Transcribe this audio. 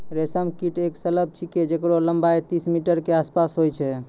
रेशम कीट एक सलभ छिकै जेकरो लम्बाई तीस मीटर के आसपास होय छै